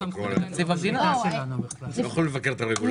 הם לא יכולים לבקר את הרגולטור.